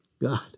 God